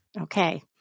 Okay